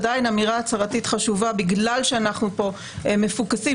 עדיין אמירה הצהרתית חשובה בגלל שאנחנו פה מפוקסים,